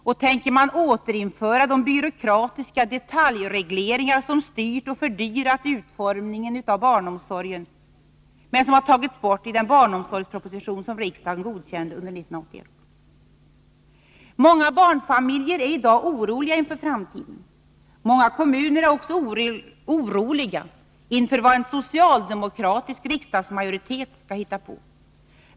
Och tänker man återinföra de byråkratiska detaljregleringar som styrt och fördyrat utformningen av barnomsorgen men som har tagits bort i den barnomsorgsproposition som riksdagen godkände 1981? Många barnfamiljer är i dag oroliga inför framtiden. Många kommuner är också oroliga inför vad en socialdemokratisk riksdagsmajoritet skall hitta på.